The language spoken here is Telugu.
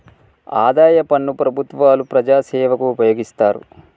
ఆదాయ పన్ను ప్రభుత్వాలు ప్రజాసేవకు ఉపయోగిస్తారు